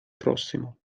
prossimo